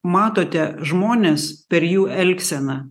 matote žmones per jų elgseną